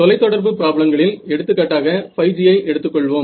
தொலைத்தொடர்பு ப்ராப்ளங்களில் எடுத்துக்காட்டாக 5G ஐ எடுத்துக்கொள்வோம்